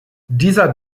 dieser